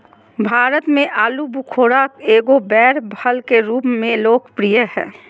भारत में आलूबुखारा एगो बैर फल के रूप में लोकप्रिय हइ